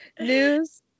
News